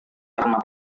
karena